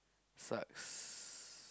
sucks